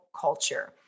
Culture